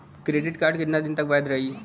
Credit card कितना दिन तक वैध रही?